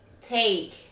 take